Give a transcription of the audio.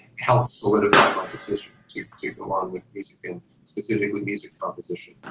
helps solidify my decision to to go on with music and specifically music composition.